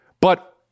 But-